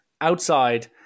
outside